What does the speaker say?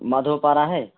مادھوپارہ ہے